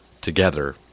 together